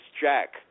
Jack